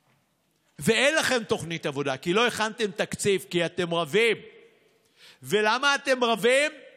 מודאג, כמו רבים מכם בציבור, באופן